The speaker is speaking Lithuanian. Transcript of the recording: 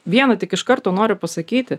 viena tik iš karto noriu pasakyti